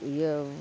ᱤᱭᱟᱹ